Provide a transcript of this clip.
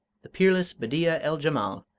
the peerless bedeea-el-jemal,